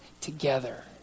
together